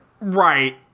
right